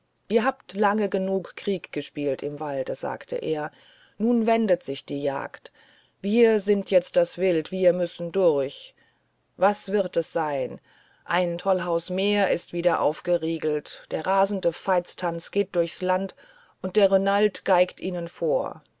ihr habt lange genug krieg gespielt im walde sagte er nun wendet sich die jagd wir sind jetzt das wild wir müssen durch was wird es sein ein tollhaus mehr ist wieder aufgeriegelt der rasende veitstanz geht durchs land und der renald geigt ihnen vor